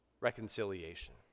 reconciliation